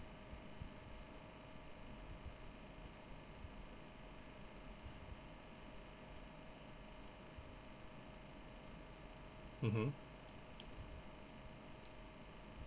mmhmm